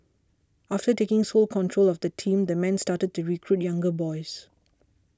after taking sole control of the team the man started to recruit younger boys